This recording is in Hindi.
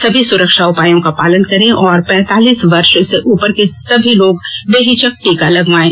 सभी सुरक्षा उपायों का पालन करें और पैंतालीस वर्ष से उपर के सभी लोग बेहिचक टीका लगवायें